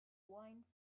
wine